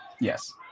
Yes